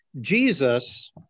Jesus